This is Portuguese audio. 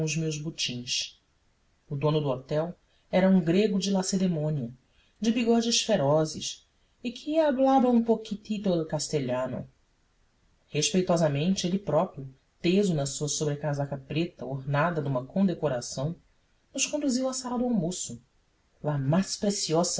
meus botins o dono do hotel era um grego de lacedemônia de bigodes ferozes e que hablaba un poquitito el castellano respeitosamente ele próprio teso na sua sobrecasaca preta ornada de uma condecoração nos conduziu à sala do almoço la mas